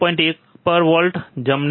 1 પર વોલ્ટેજ જમણે